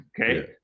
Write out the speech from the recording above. Okay